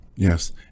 yes